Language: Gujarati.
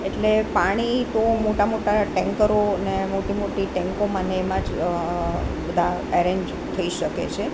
એટલે પાણી તો મોટા મોટા ટેન્કરો અને મોટી મોટી ટેન્કોમાં અને એમાં જ બધા અરેન્જ થઈ શકે છે